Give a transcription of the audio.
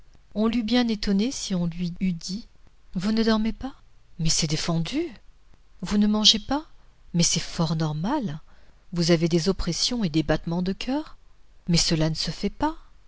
on l'eût bien étonnée si on lui eût dit vous ne dormez pas mais c'est défendu vous ne mangez pas mais c'est fort mal vous avez des oppressions et des battements de coeur mais cela ne se fait pas